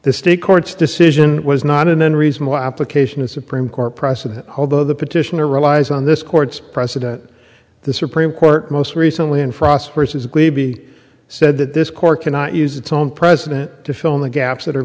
the state court's decision was not an unreasonable application a supreme court precedent although the petitioner relies on this court's precedent the supreme court most recently in frost versus glee be said that this court cannot use its own president to fill in the gaps that are